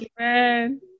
Amen